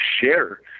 share